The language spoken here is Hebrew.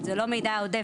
אבל זה לא מידע עודף,